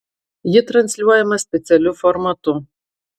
ji transliuojama specialiu formatu